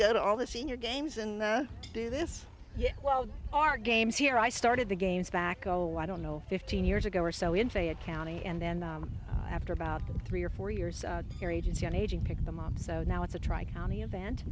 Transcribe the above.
go to all the senior games and do this yeah well our games here i started the games back oh i don't know fifteen years ago or so in fayette county and then after about three or four years here agency on aging picked them up so now it's a tri county event